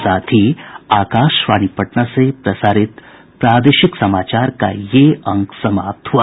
इसके साथ ही आकाशवाणी पटना से प्रसारित प्रादेशिक समाचार का ये अंक समाप्त हुआ